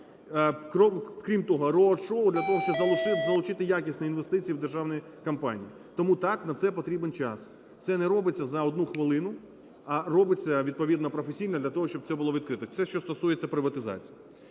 Крім того – road show для того, щоб залучити якісні інвестиції в державні компанії. Тому – так, на це потрібен час, це не робиться за одну хвилину, а робиться відповідно професійно для того, щоб це було відкрито. Це що стосується приватизації.